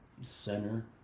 Center